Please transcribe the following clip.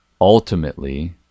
ultimately